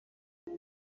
wait